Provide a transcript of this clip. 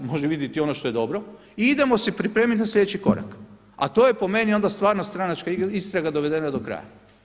Može vidjet i ono što je dobro i idemo se pripremiti na sljedeći korak, a to je po meni onda stvarno stranačka istraga dovedena do kraja.